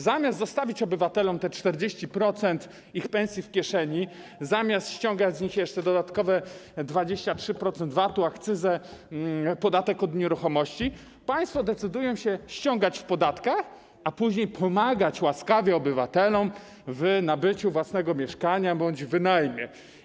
Zamiast zostawić obywatelom te 40% ich pensji w kieszeni, zamiast ściągać z nich jeszcze dodatkowe 23% VAT-u, akcyzę, podatek od nieruchomości, państwo decydują się ściągać w podatkach, a później pomagać łaskawie obywatelom w nabyciu własnego mieszkania bądź w wynajmowaniu.